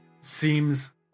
seems